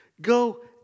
Go